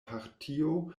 partio